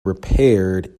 repaired